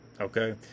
Okay